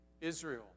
Israel